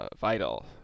vital